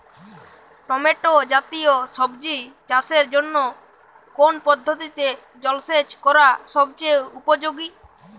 Tomato জাতীয় সবজি চাষের জন্য কোন পদ্ধতিতে জলসেচ করা সবচেয়ে উপযোগী?